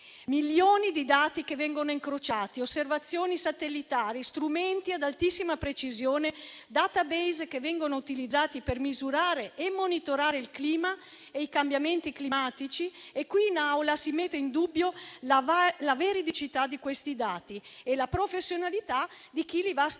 Milioni di dati che vengono incrociati, osservazioni satellitari, strumenti ad altissima precisione, database che vengono utilizzati per misurare e monitorare il clima e i cambiamenti climatici: e qui in Aula si mette in dubbio la veridicità di questi dati e la professionalità di chi li va a studiare.